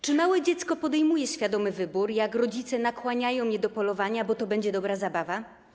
Czy małe dziecko podejmuje świadomy wybór, jak rodzice nakłaniają je do polowania, bo to będzie dobra zabawa?